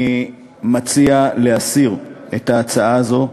אני מציע להסיר את ההצעה הזאת,